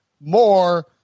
more